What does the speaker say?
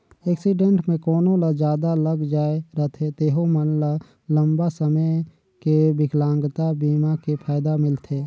accident मे कोनो ल जादा लग जाए रथे तेहू मन ल लंबा समे के बिकलांगता बीमा के फायदा मिलथे